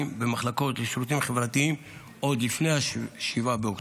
במחלקות לשירותים חברתיים עוד לפני 7 באוקטובר,